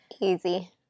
Easy